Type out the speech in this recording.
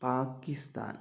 Pakistan